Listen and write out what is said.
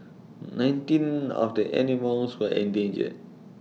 nineteen of the animals were endangered